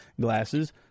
glasses